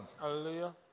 Hallelujah